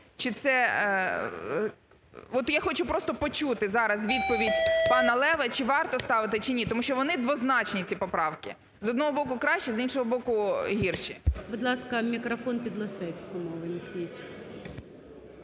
я хочу просто почути зараз відповідь пане Лева, чи варто ставити, чи ні? Тому що вони двозначні ці поправки, з одного боку, кращі, з іншого боку, гірші. ГОЛОВУЮЧИЙ. Будь ласка, мікрофон Підлісецькому увімкніть.